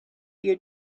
your